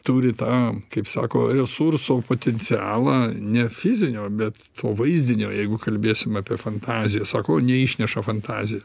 turi tą kaip sako resurso potencialą ne fizinio bet to vaizdinio jeigu kalbėsim apie fantaziją sako neišneša fantazija